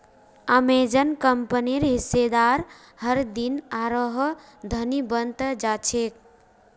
Amazon कंपनीर हिस्सेदार हरदिन आरोह धनी बन त जा छेक